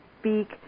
speak